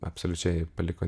absoliučiai paliko